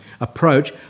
approach